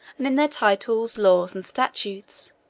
and in their titles, laws, and statutes,